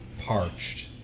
parched